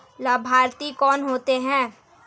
लाभार्थी कौन होता है?